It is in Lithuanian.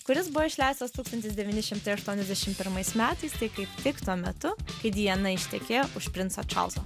kuris buvo išleistas tūkstantis devyni šimtai aštuoniasdešim pirmais metais tai kaip tik tuo metu kai diena ištekėjo už princo čarlzo